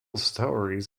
stories